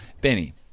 Benny